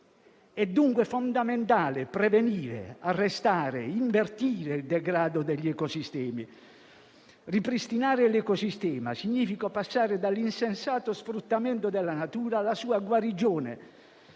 È dunque fondamentale prevenire, arrestare e invertire il degrado degli ecosistemi. Ripristinare l'ecosistema significa passare dall'insensato sfruttamento della natura alla sua guarigione;